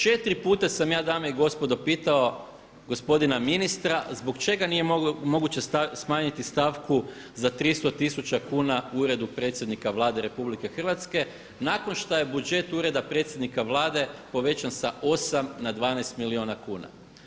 4 puta sam ja dame i gospodo pitao gospodina ministra zbog čega nije moguće smanjiti stavku za 300 tisuća kuna Uredu predsjednika Vlade RH nakon šta je budžet Ureda predsjednika Vlade povećan sa 8 na 12 milijuna kuna.